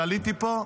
שעליתי לפה,